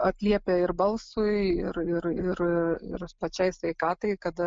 atliepia ir balsui ir ir ir ir pačiai sveikatai kada